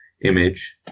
image